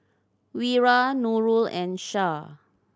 Wira Nurul and Shah